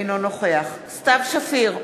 אינו נוכח סתיו שפיר,